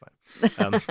fine